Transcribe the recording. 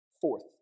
Fourth